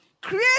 create